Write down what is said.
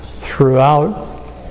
throughout